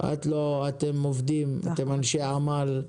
אתם עובדים, אתם אנשי עמל,